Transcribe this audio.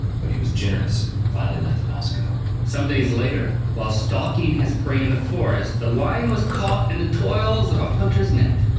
but he was generous and finally let the mouse go. some days later, while stalking his prey in the forest, the lion was caught in the toils of a hunter's net.